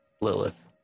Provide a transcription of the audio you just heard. Lilith